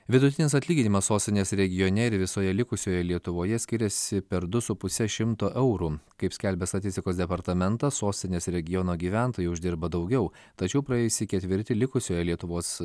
vidutinis atlyginimas sostinės regione ir visoje likusioje lietuvoje skiriasi per du su puse šimto eurų kaip skelbia statistikos departamentas sostinės regiono gyventojai uždirba daugiau tačiau praėjusį ketvirtį likusioje lietuvos